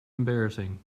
embarrassing